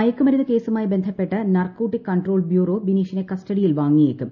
മയക്കുമരുന്ന് കേസുമായി ബന്ധപ്പെട്ട് നാർക്കോട്ടിക് കൺട്രോൾ ബ്യൂറോ ബിനീഷിനെ കസ്റ്റഡിയിൽ വാങ്ങിയേക്കും